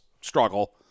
struggle